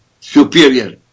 superior